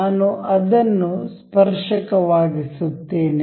ನಾನು ಅದನ್ನು ಸ್ಪರ್ಶಕವಾಗಿಸುತ್ತೇನೆ